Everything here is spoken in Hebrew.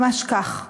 ממש כך,